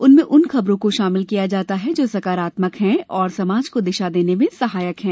इसमें उन खबरों को शामिल किया जाता है जो सकारात्मक हैं और समाज को दिशा देने में सहायक हैं